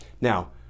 Now